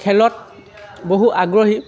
খেলত বহু আগ্ৰহী